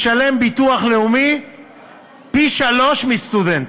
משלם ביטוח לאומי פי-שלושה מסטודנט.